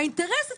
האינטרס הציבורי,